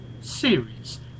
series